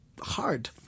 Hard